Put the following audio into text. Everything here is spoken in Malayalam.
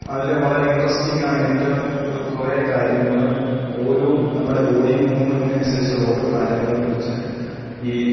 അതില് വളരെ ഇൻട്രസ്റ്റിങ്ങായിട്ട് കുറേ കാര്യങ്ങള് ഓരോ നമ്മുടെ ബോഡി മൂമെൻറ്റിനനുസരിച്ചുള്ള ഓരോ കാര്യങ്ങളേക്കുറിച്ച് ഈ